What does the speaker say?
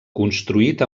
construït